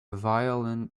violin